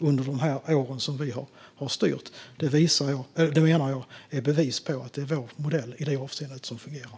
Jag menar att det är bevis på att det är vår modell som fungerar.